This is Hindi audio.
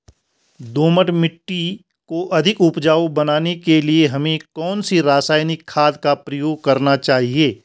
दोमट मिट्टी को अधिक उपजाऊ बनाने के लिए हमें कौन सी रासायनिक खाद का प्रयोग करना चाहिए?